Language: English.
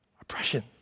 oppression